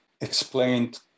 explained